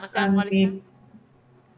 הגעת החיסונים?